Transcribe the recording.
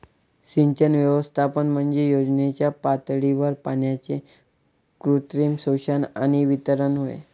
सिंचन व्यवस्थापन म्हणजे योजनेच्या पातळीवर पाण्याचे कृत्रिम शोषण आणि वितरण होय